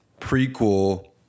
prequel